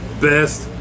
Best